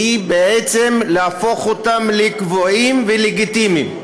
בעצם להפוך אותם לקבועים וללגיטימיים.